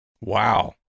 Wow